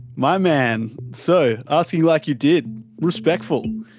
my man. so, asking like you did, respectful.